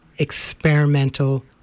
experimental